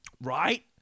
Right